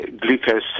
glucose